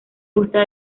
gusta